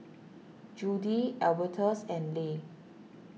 Judi Albertus and Leigh